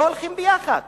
לא הולכות יחד,